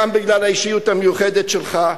גם בגלל האישיות המיוחדת שלך,